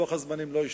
לוח הזמנים לא השתנה,